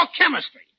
chemistry